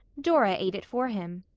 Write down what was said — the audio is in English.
dora ate it for him.